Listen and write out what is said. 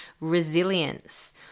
Resilience